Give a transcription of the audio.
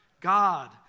God